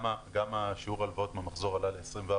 גם שיעור הלוואות מהמחזור עלה ל-24%.